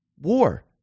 war